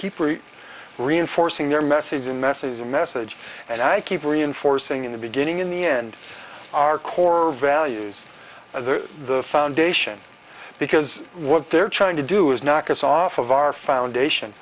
keep reinforcing their message the message is a message and i keep reinforcing in the beginning in the end our core values are the foundation because what they're trying to do is knock us off of our foundation